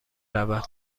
رود